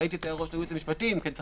ראיתי את ההערות של הייעוץ המשפטי אם צריך